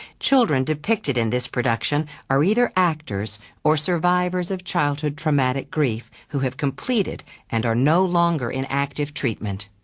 children depicted in this production are either actors or survivors of childhood traumatic grief who have completed and are no longer in active treatment.